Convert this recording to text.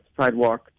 sidewalk